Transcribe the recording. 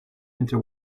into